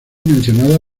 mencionada